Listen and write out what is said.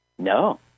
No